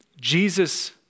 Jesus